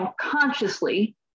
consciously